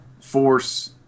force